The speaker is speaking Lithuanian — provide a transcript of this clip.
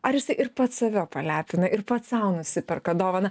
ar jisai ir pats save palepina ir pats sau nusiperka dovaną